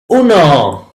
uno